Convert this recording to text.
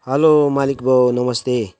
hello मालिक बाउ नमस्ते